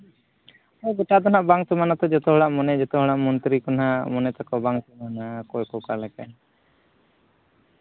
ᱜᱚᱴᱟ ᱫᱚ ᱱᱟᱜ ᱵᱟᱝ ᱥᱚᱢᱟᱱᱟᱛᱚ ᱡᱚᱛᱚ ᱦᱚᱲᱟᱜ ᱢᱚᱱᱮ ᱡᱚᱛᱚ ᱦᱚᱲᱟᱜ ᱢᱚᱱᱛᱨᱤ ᱠᱚ ᱱᱟᱜ ᱢᱚᱱᱮ ᱛᱟᱠᱚ ᱵᱟᱝ ᱥᱚᱢᱟᱱᱟ ᱚᱠᱚᱭ ᱠᱚ ᱚᱠᱟ ᱞᱮᱠᱟ